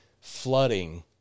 flooding